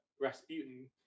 Rasputin